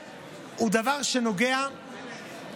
יוקר המחיה הוא דבר שנוגע בכול.